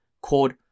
called